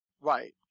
Right